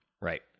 Right